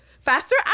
faster